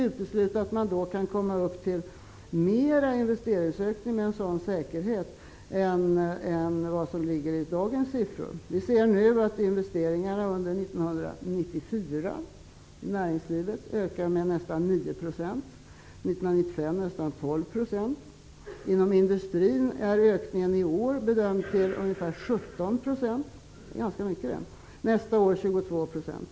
Jag utesluter inte att det kan bli en större investeringsökning med en sådan säkerhet jämfört med vad som ligger i dagens siffror. Vi ser nu att investeringarna i näringslivet under 1994 ökar med nästan 9 %, under 1995 med nästan 12 %. Inom industrin bedöms ökningen i år bli ungefär 17 %-- och det är ganska mycket -- och nästa år 22 %.